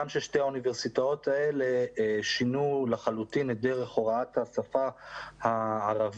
שתי האוניברסיטאות האלה שינו לחלוטין את דרך הוראת השפה הערבית